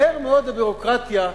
מהר מאוד הביורוקרטיה תסתיים.